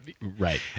Right